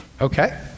Okay